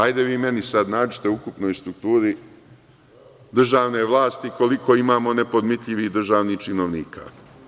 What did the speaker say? Hajde vi meni sada nađite u ukupnoj strukturi državne vlasti koliko imamo nepodmitljivih državnih činovnika.